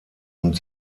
und